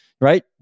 Right